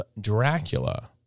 Dracula